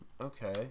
okay